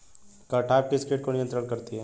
Cartap किस किट को नियंत्रित करती है?